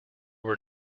were